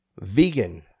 Vegan